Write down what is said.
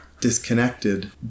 disconnected